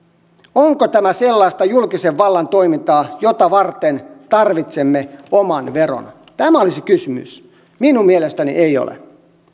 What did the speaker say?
onko tämä sellaista julkisen vallan toimintaa jota varten tarvitsemme oman veron tämä on se kysymys minun mielestäni ei ole